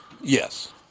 yes